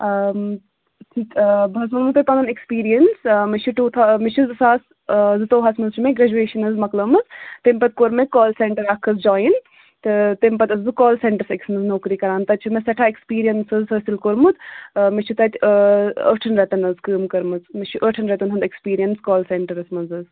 ٹھیٖک بہٕ حظ وَنو تۄہہِ پَنُن اٮ۪کٕسپیٖریَنٕس مےٚ چھِ ٹوٗ تھا مےٚ چھِ زٕ ساس زٕتووُہَس منٛز چھِ مےٚ گرٛٮ۪جویشَن حظ مَکلٲمٕژ تَمۍ پَتہٕ کوٚر مےٚ کال سٮ۪نٹَر اَکھ حظ جایِن تہٕ تَمۍ پَتہٕ ٲسٕس بہٕ کال سٮ۪نٹَرس أکِس منٛز نوکری کران تَتہِ چھِ مےٚ سٮ۪ٹھاہ اٮ۪کٕسپیٖریَنٕس حظ حٲصِل کوٚرمُت مےٚ چھُ تَتہِ ٲٹھَن رٮ۪تَن حظ کٲم کٔرمٕژ مےٚ چھِ ٲٹھَن رٮ۪تَن ہُنٛد اٮ۪کٕسپیٖریَنٕس کال سٮ۪نٹَرَس منٛز حظ